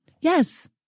Yes